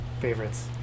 favorites